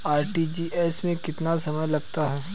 RTGS में कितना समय लगता है?